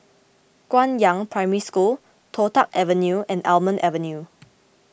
Guangyang Primary School Toh Tuck Avenue and Almond Avenue